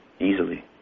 easily